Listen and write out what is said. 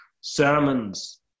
sermons